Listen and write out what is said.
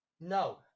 No